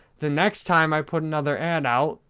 the next time i put another ad out,